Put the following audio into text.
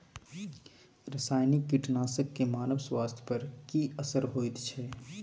रसायनिक कीटनासक के मानव स्वास्थ्य पर की असर होयत छै?